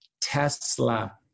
Tesla